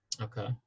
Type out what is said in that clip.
Okay